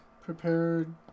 prepared